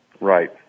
Right